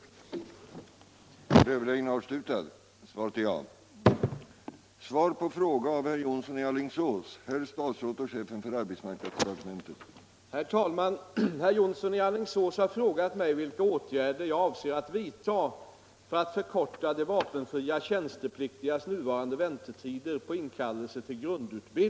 Om tidsplaneringen